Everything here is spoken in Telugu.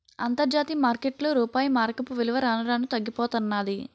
అంతర్జాతీయ మార్కెట్లో రూపాయి మారకపు విలువ రాను రానూ తగ్గిపోతన్నాది